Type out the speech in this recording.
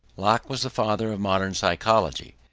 locke was the father of modern psychology,